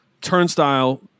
turnstile